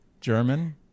German